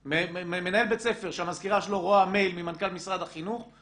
מנהל בית ספר שהמזכירה שלו רואה מייל ממנכ"ל משרד החינוך,